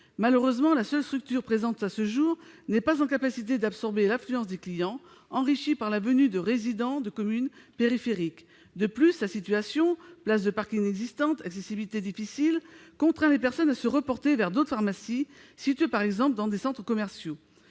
Malheureusement, la seule structure présente à ce jour n'est pas en capacité d'absorber l'affluence des clients, enrichie par la venue de résidents de communes périphériques. De plus, sa situation- places de parking inexistantes, accessibilité difficile -contraint les personnes à se reporter vers d'autres pharmacies, situées par exemple dans des centres commerciaux.